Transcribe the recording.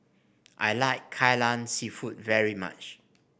I like Kai Lan seafood very much